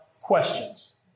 questions